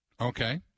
Okay